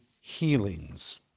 healings